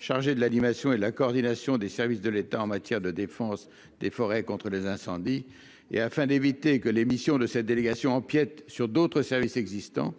chargée de l'animation et de la coordination des services de l'État en matière de défense des forêts contre les incendies. Afin d'éviter que les missions de cette délégation empiètent sur d'autres services existants,